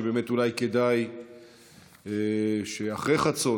שבאמת אולי כדאי שאחרי חצות,